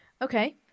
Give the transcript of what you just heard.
Okay